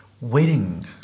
waiting